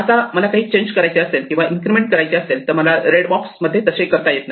आता मला काही चेंज करायचे असेल किंवा इन्क्रिमेंट करायचे असेल तर मला रेड बॉक्स मध्ये तसे करता येत नाही